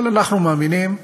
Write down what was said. אבל אנחנו מאמינים,